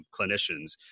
clinicians